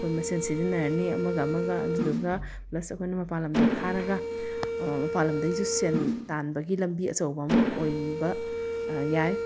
ꯑꯩꯈꯣꯏ ꯃꯁꯦꯜ ꯁꯤꯖꯤꯟꯅꯔꯅꯤ ꯑꯃꯒ ꯑꯃꯒ ꯑꯗꯨꯗꯨꯒ ꯄ꯭ꯂꯁ ꯑꯩꯈꯣꯏꯅ ꯃꯄꯥꯜ ꯂꯝꯗ ꯊꯥꯔꯒ ꯃꯄꯥꯜꯂꯝꯗꯩꯁꯨ ꯁꯦꯟ ꯇꯥꯟꯕꯒꯤ ꯂꯝꯕꯤ ꯑꯆꯧꯕ ꯑꯃ ꯑꯣꯏꯕ ꯌꯥꯏ